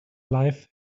life